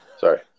Sorry